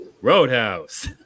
roadhouse